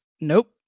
Nope